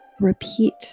Repeat